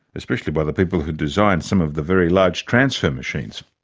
especially by the people who designed some of the very large transfer machines,